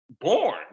born